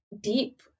deep